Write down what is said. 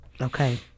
Okay